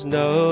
no